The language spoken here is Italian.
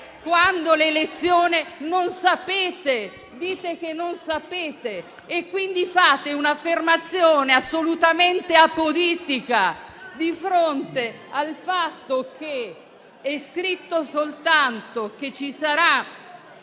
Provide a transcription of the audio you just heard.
quando dell'elezione non sapete o dite di non sapere? Fate un'affermazione assolutamente aporetica, di fronte al fatto che è scritto soltanto che ci sarà.